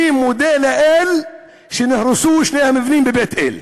אני מודה לאל ששני המבנים בבית-אל,